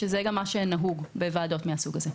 זה גם מה שנהוג בוועדות מהסוג הזה.